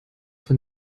von